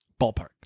ballpark